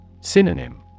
Synonym